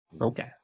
Okay